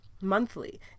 monthly